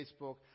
Facebook